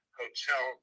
hotel